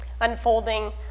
unfolding